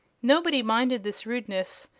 nobody minded this rudeness,